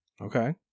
Okay